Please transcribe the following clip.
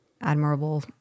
admirable